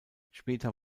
später